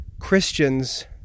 Christians